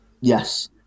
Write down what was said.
Yes